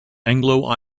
anglo